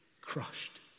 crushed